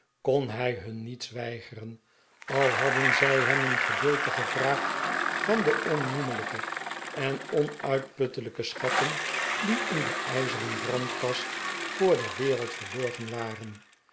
kon hij hun niets weigeren al hadden zij hem een gedeelte gevraagd van de onnoeme lijke en onuitputtelijke schatten die in de ijzeren brandkast voor de wereld verborgen waren